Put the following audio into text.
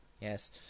yes